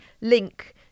link